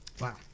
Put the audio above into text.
wow